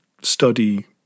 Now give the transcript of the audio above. study